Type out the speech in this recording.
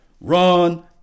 Run